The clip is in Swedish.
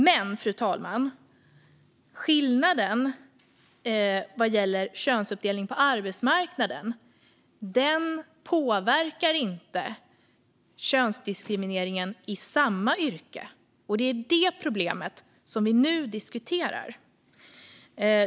Men, fru talman, skillnaden vad gäller könsuppdelningen på arbetsmarknaden påverkar inte könsdiskrimineringen i samma yrke. Det är det problemet som vi nu diskuterar.